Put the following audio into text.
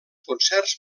concerts